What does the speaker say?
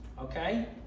okay